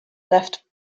left